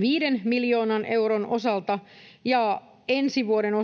5 miljoonan euron osalta, ja vuoden